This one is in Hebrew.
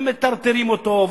ומטרטרים אותו,